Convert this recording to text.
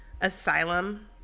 Asylum